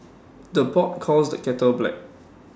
the pot calls the kettle black